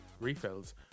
Refills